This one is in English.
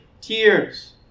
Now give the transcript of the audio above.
tears